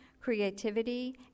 creativity